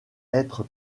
être